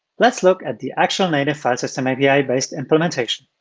let's look at the actual native file system api based implementation.